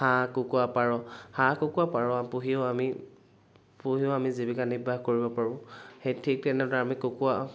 হাঁহ কুকুৰা পাৰ হাঁহ কুকুৰা পাৰ পুহিও আমি পুহিও আমি জীৱিকা নিৰ্বাহ কৰিব পাৰোঁ সেই ঠিক তেনেদৰে আমি কুকুৰা